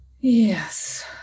Yes